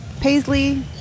Paisley